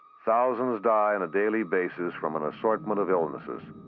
thousands die on a daily basis from an assortment of illnesses.